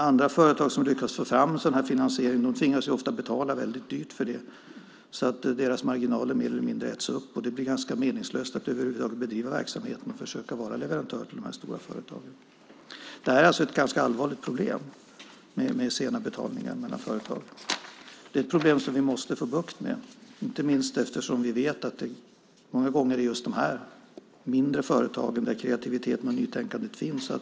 Andra företag, som lyckas få fram en sådan här finansiering, tvingas ofta betala väldigt dyrt för det. Deras marginaler äts mer eller mindre upp, och det blir ganska meningslöst att över huvud taget bedriva verksamhet och försöka vara leverantör till de här stora företagen. Sena betalningar är alltså ett ganska allvarligt problem. Det är ett problem som vi måste få bukt med, inte minst eftersom vi vet att det många gånger är just i de mindre företagen som kreativiteten och nytänkandet finns.